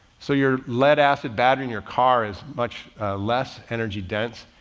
so your lead acid battery in your car is much less energy dense.